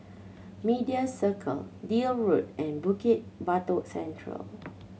Media Circle Deal Road and Bukit Batok Central